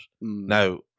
Now